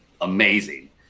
amazing